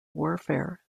warfare